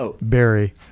Barry